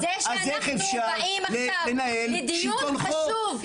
זה שאנחנו באים לדיון חשוב,